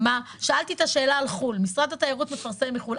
שאלתי את השאלה על חו"ל משרד התיירות מפרסם בחו"ל.